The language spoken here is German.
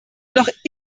noch